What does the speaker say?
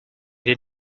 did